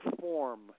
form